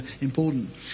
important